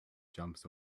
jumps